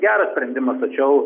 geras sprendimas tačiau